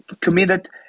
committed